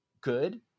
good